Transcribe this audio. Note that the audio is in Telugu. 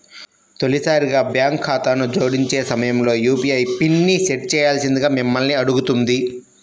తొలిసారి బ్యాంక్ ఖాతాను జోడించే సమయంలో యూ.పీ.ఐ పిన్ని సెట్ చేయాల్సిందిగా మిమ్మల్ని అడుగుతుంది